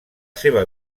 seva